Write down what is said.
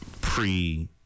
pre